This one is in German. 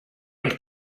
und